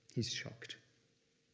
he's shocked.